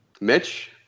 Mitch